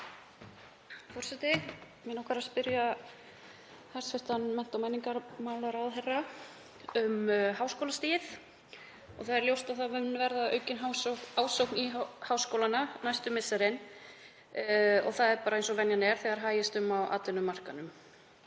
Það er ljóst að það mun verða aukin ásókn í háskólana næstu misserin, það er eins og venjan er þegar hægist um á atvinnumarkaðnum.